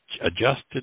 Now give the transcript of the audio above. adjusted